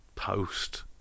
Post